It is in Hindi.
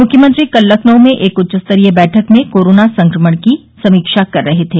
मुख्यमंत्री कल लखनऊ मे एक उच्चस्तरीय बैठक में कोरोना संक्रमण की समीक्षा कर रहे थे